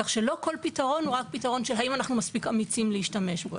כך שלא כל פתרון הוא רק פתרון של האם אנחנו מספיק אמיצים להשתמש בו,